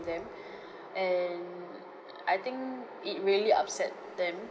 them and uh I think it really upset them